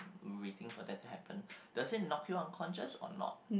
waiting for that to happen does that knock you out unconscious or not